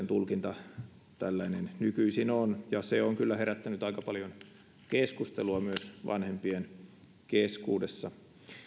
tulkinta on nykyisin tällainen ja se on kyllä herättänyt aika paljon keskustelua myös vanhempien keskuudessa